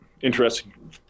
interesting